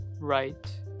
right